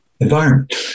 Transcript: environment